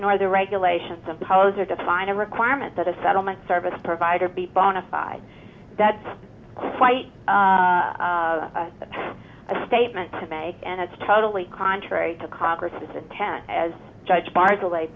nor the regulations imposed or defined a requirement that a settlement service provider be bona fide that's quite a statement to make and it's totally contrary to congress intent as judge par